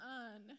on